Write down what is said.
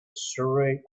surrey